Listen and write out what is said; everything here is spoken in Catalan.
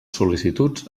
sol·licituds